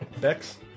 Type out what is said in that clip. Bex